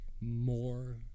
more